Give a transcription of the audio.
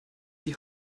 die